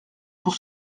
pour